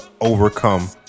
overcome